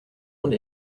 und